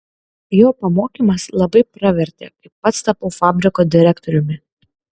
jo pamokymas labai pravertė kai pats tapau fabriko direktoriumi